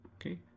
Okay